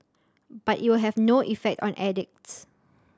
but it will have no effect on addicts